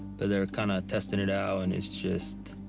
but they're kinda testing it out and it's just,